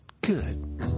Good